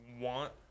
want